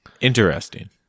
Interesting